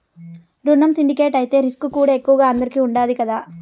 రునం సిండికేట్ అయితే రిస్కుకూడా ఎక్కువగా అందరికీ ఉండాది కదా